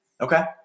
Okay